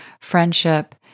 Friendship